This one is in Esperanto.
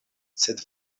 sed